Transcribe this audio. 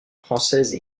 française